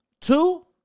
Two